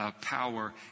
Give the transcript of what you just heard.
power